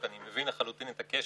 יודעים את זה גם